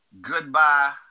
goodbye